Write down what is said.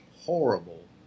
horrible